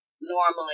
normally